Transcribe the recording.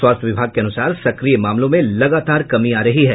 स्वास्थ्य विभाग के अनुसार सक्रिय मामलों में लगातार कमी आ रही है